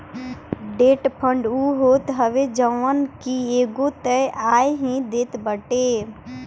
debt fund उ होत हवे जवन की एगो तय आय ही देत बाटे